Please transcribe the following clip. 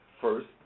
first